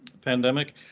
pandemic